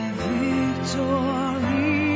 victory